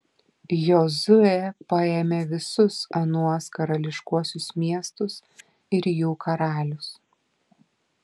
jozuė paėmė visus anuos karališkuosius miestus ir jų karalius